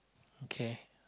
okay